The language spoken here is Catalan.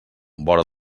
vora